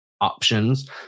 options